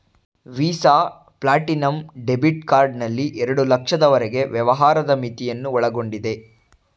visa platinum debit card ನಲ್ಲಿ ಎರಡು ಲಕ್ಷದವರೆಗೆ ವ್ಯವಹಾರದ ಮಿತಿಯನ್ನು ಒಳಗೊಂಡಿದೆ